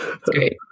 Great